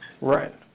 Right